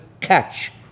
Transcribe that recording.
catch